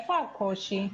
איפה הקושי?